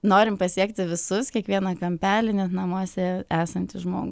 norim pasiekti visus kiekvieną kampelį net namuose esantį žmogų